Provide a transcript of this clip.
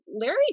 Larry